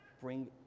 bring